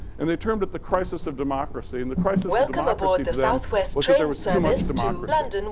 and they termed it the crisis of democracy. and the crisis of democracy to them was that there was too much democracy.